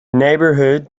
neighborhood